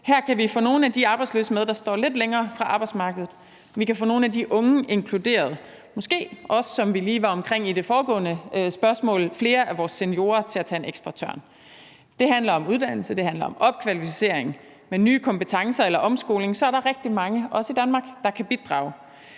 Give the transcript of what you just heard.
Her kan vi få nogle af de arbejdsløse, der står lidt længere fra arbejdsmarkedet, med. Vi kan få nogle af de unge inkluderet og måske også, som vi lige var omkring i det foregående spørgsmål, få flere af vores seniorer til at tage en ekstra tørn. Det handler om uddannelse, og det handler om opkvalificering. Med nye kompetencer eller omskoling er der rigtig mange, også i Danmark, der kan bidrage.